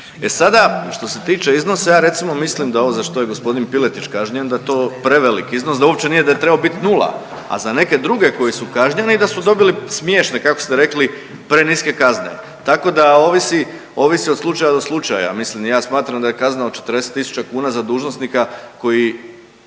E sada, što se tiče iznosa ja recimo mislim da ovo za što je gospodin Piletić kažnjen da je to preveliki iznos da uopće nije da je trebao biti nula, a za neke druge koji su kažnjeni da su dobili smiješne kako ste rekli preniske kazne. Tako da ovisi, ovisi od slučaja do slučaja. Ja mislim da je kazna od 40 tisuća kuna za dužnosnika koji,